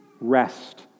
rest